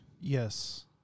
Yes